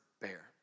bear